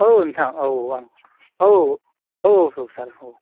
औ नोंथां औ आं औ औ औ सार